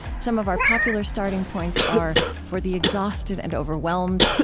some of our popular starting points are for the exhausted and overwhelmed,